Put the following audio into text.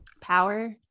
power